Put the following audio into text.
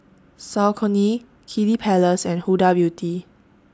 Saucony Kiddy Palace and Huda Beauty